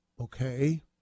Okay